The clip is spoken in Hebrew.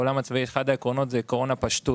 בעולם הצבאי, אחד העקרונות הוא עיקרון הפשטות.